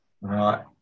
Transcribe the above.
right